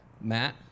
Matt